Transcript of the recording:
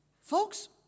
Folks